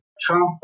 Trump